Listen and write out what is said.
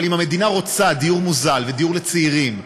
אבל אם המדינה רוצה דיור מוזל ודיור לצעירים,